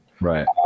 Right